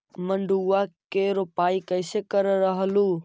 मड़उआ की रोपाई कैसे करत रहलू?